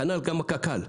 כנ"ל קק"ל.